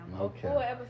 Okay